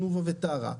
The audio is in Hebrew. תנובה וטרה,